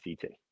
CT